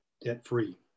debt-free